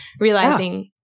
realizing